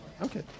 Okay